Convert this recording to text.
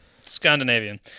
Scandinavian